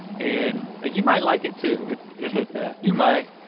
and ah you might like it too, it's you might.